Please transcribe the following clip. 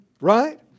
Right